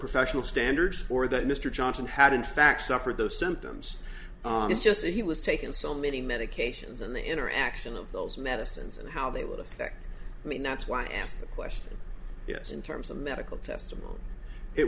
professional standards or that mr johnson had in fact suffered those symptoms it's just that he was taken so many medications and the interaction of those medicines and how they would affect me and that's why i asked the question yes in terms of medical testimony it